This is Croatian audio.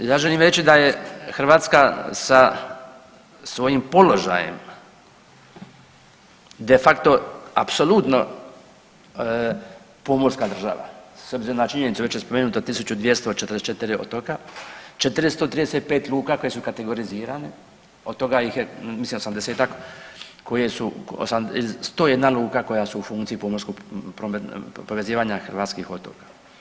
Ja želim reći da je Hrvatska sa svojim položajem de facto apsolutno pomorska država s obzirom na činjenicu već je spomenuto 1244 otoka, 435 luka koje su kategorizirane od toga ih je mislim 80-tak koje su, 101 luka koja su u funkciji pomorskog povezivanja hrvatskih otoka.